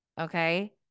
okay